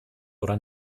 oder